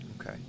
okay